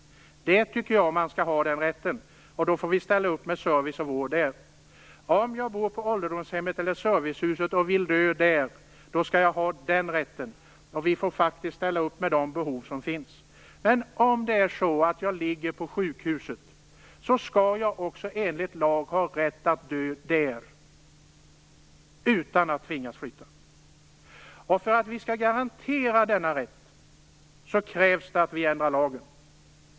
Jag tycker att man skall ha den rätten, och då får vi ställa upp med service och vård där. Den som bor på ålderdomshem eller servicehus och vill dö där skall ha den rätten, och vi får ställa upp för att tillgodose de behov som finns. Men den som ligger på sjukhus skall också enligt lag ha rätt att dö där, utan att tvingas flytta. För att vi skall kunna garantera denna rätt krävs det att vi ändrar lagen.